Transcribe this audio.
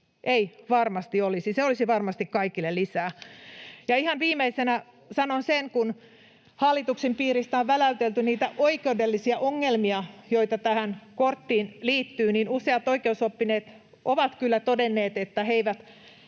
Ei varmasti olisi. Se olisi varmasti kaikille lisää. Ihan viimeisenä sanon sen, että kun hallituksen piiristä on väläytelty niitä oikeudellisia ongelmia, joita tähän korttiin liittyy, niin useat oikeusoppineet ovat kyllä todenneet, että he eivät